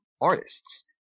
artists